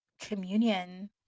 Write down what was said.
communion